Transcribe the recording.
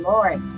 Lord